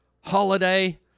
holiday